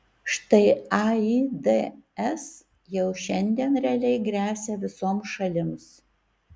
štai aids jau šiandien realiai gresia visoms šalims